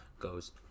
goes